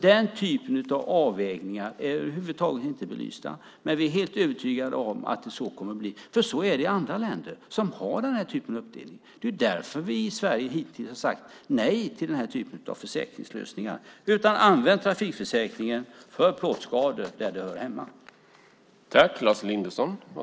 Den typen av avvägningar är över huvud taget inte belysta, men vi är helt övertygade om att det kommer att bli så, för så är det i andra länder som har den här typen av uppdelning. Det är ju därför vi i Sverige hittills har sagt nej till den här typen av försäkringslösningar. Använd trafikförsäkringen för plåtskador, där den hör hemma!